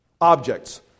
Objects